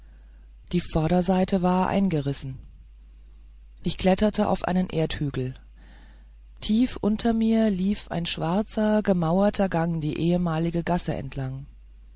die vorderseite war eingerissen ich kletterte auf einen erdhügel tief unter mir lief ein schwarzer gemauerter gang die ehemalige gasse entlang